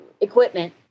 equipment